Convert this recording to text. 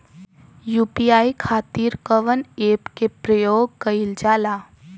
UPI खातीर कवन ऐपके प्रयोग कइलजाला?